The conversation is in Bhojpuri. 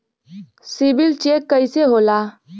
सिबिल चेक कइसे होला?